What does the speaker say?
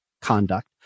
conduct